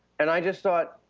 and i just thought,